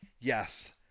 yes